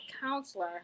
counselor